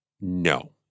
No